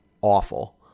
awful